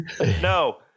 No